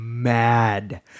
mad